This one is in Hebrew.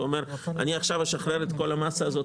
ראש הרשות אומר: אם אשחרר עכשיו את כל המסה הזו,